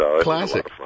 Classic